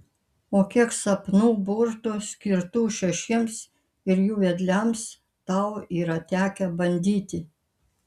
o kiek sapnų burtų skirtų šešiems ir jų vedliams tau yra tekę bandyti